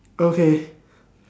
okay